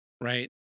Right